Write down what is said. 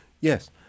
Yes